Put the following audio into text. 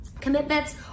commitments